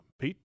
Pete